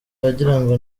wagirango